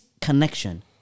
connection